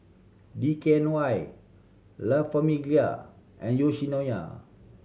D K N Y La Famiglia and Yoshinoya